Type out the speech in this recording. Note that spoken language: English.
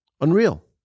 Unreal